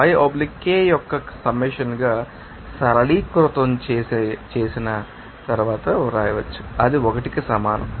yiKi యొక్క సమ్మషన్గా సరళీకృతం చేసిన తర్వాత వ్రాయవచ్చు అది 1 కి సమానం